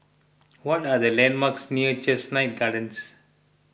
what are the landmarks near Chestnut Gardens